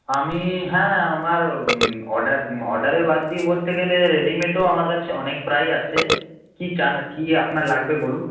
আমি হ্যাঁ আমার অর্ডার অর্ডারে বাদ দিয়ে বলতে গেলে রেডিমেডও আমার কাছে অনেক প্রায়ই আছে কী চান কী আপনার লাগবে বলুন